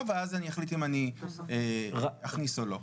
ואז אני אחליט אם אני אכניס או לא.